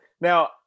Now